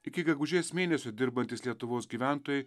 iki gegužės mėnesio dirbantys lietuvos gyventojai